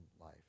life